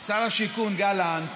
שר השיכון גלנט,